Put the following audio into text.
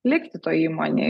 likti toj įmonėj